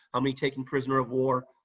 how many taken prisoner of war.